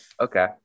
okay